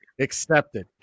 accepted